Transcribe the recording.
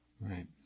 Right